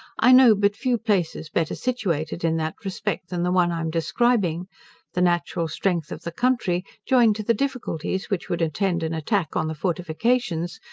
i know but few places better situated in that respect than the one i am describing the natural strength of the country, joined to the difficulties which would attend an attack on the fortifications,